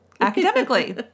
academically